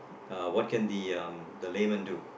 uh what can the um the layman do